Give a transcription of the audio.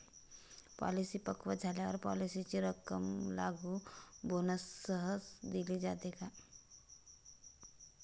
Policy पक्व झाल्यावर पॉलिसीची रक्कम लागू बोनससह दिली जाते का?